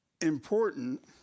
important